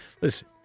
Listen